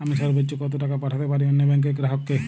আমি সর্বোচ্চ কতো টাকা পাঠাতে পারি অন্য ব্যাংক র গ্রাহক কে?